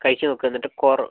കഴിച്ച് നോക്ക് എന്നിട്ട് കുറവ്